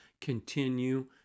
continue